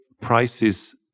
prices